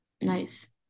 Nice